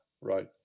right